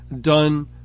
done